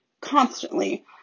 Constantly